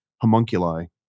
homunculi